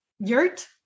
yurt